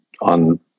on